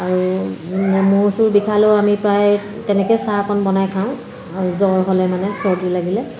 আৰু মূৰ চুৰ বিষালেও আমি প্ৰায় তেনেকে চাহ অকণ বনাই খাওঁ আৰু জ্বৰ হ'লে মানে চৰ্দি লাগিলে